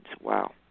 Wow